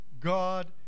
God